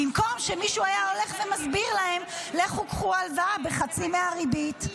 במקום שמישהו היה הולך ומסביר להם: לכו קחו הלוואה בחצי מהריבית.